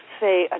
say